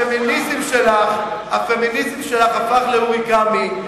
הפמיניזם שלך הפך לאוריגמי.